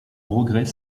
regret